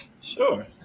Sure